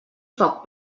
foc